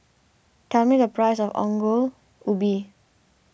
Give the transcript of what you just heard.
tell me the price of Ongol Ubi